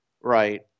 Right